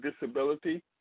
disability